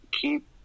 keep